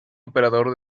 operador